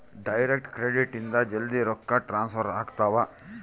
direct credit ಇಂದ ಜಲ್ದೀ ರೊಕ್ಕ ಟ್ರಾನ್ಸ್ಫರ್ ಆಗ್ತಾವ